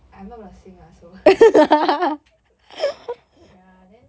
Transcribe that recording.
I'm not going to sing lah so ya then